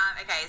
Okay